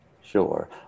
Sure